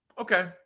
Okay